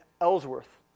Ellsworth